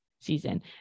season